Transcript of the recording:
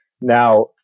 Now